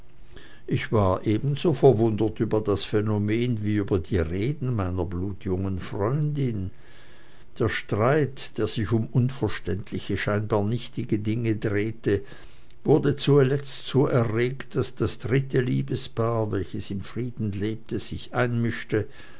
ich war ebenso verwundert über das phänomen wie über die reden meiner blutjungen freundin der streit der sich um unverständliche scheinbar nichtige dinge drehte wurde zuletzt so erregt daß das dritte liebespaar welches im frieden lebte sich einmischte